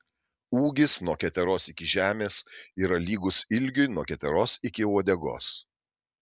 ūgis nuo keteros iki žemės yra lygus ilgiui nuo keteros iki uodegos